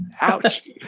Ouch